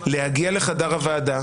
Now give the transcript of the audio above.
להגיע לחדר הוועדה,